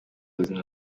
ubuzima